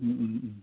ওম ওম ওম